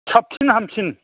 साबसिन हामसिन